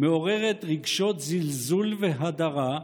מעוררת רגשות זלזול והדרה,